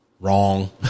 Wrong